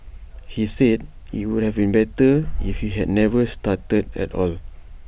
he said IT would have been better if he had never started at all